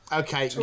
okay